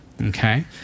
okay